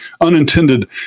unintended